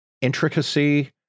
intricacy